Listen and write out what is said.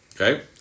Okay